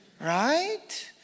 right